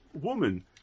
woman